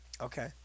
Okay